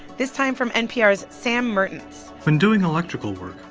this time from npr's sam mertens when doing electrical work,